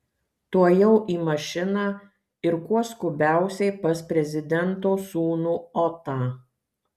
tuojau į mašiną ir kuo skubiausiai pas prezidento sūnų otą